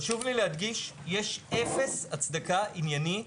לצורך העניין